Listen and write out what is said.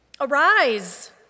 Arise